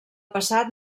passat